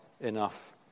enough